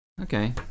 Okay